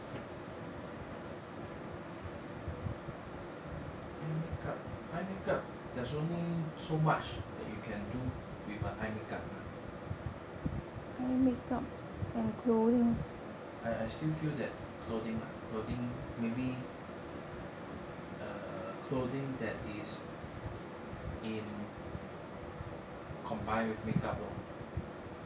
eye makeup eye makeup there's only so much that you can do with a eye makeup leh I I still feel that clothing lah clothing maybe err clothing that is in combine with makeup lor